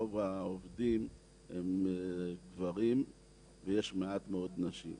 כשרוב העובדים הם גברים ויש מעט מאוד נשים.